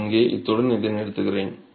நான் இங்கே இத்துடன் இதை நிறுத்துகிறேன்